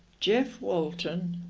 jeff walton,